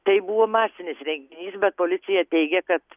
tai buvo masinis renginys bet policija teigia kad